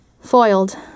foiled